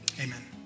Amen